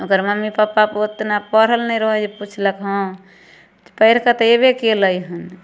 ओकर mummy papa ओतना पढ़ल नहि रहै पुछलक हँ तऽ पढ़िके तऽ अएबे कएलै हँ